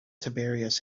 tiberius